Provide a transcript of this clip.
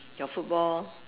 your football